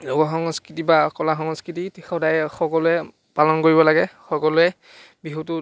লোকসংস্কৃতি বা কলাসংস্কৃতি সদায় সকলোৱে পালন কৰিব লাগে সকলোৱে বিহুটো